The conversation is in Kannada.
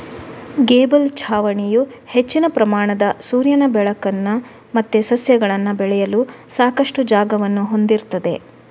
ಗೇಬಲ್ ಛಾವಣಿಯು ಹೆಚ್ಚಿನ ಪ್ರಮಾಣದ ಸೂರ್ಯನ ಬೆಳಕನ್ನ ಮತ್ತೆ ಸಸ್ಯಗಳನ್ನ ಬೆಳೆಯಲು ಸಾಕಷ್ಟು ಜಾಗವನ್ನ ಹೊಂದಿರ್ತದೆ